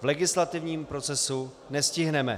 v legislativním procesu nestihneme.